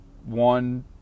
one